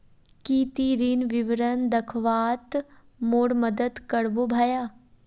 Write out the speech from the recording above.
की ती ऋण विवरण दखवात मोर मदद करबो भाया